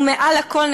ומעל הכול,